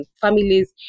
families